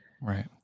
Right